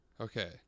Okay